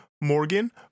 Morgan